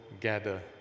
gather